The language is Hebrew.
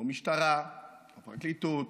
לא משטרה, לא פרקליטות,